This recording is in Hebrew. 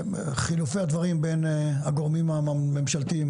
חילופי הדברים בין הגורמים הממשלתיים